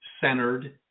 centered